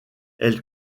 elle